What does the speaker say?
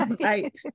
right